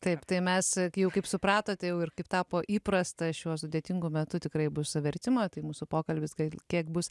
taip tai mes jau kaip supratote jau ir kaip tapo įprasta šiuo sudėtingu metu tikrai bus vertimo tai mūsų pokalbis kai kiek bus